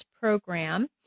program